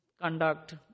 conduct